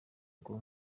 uko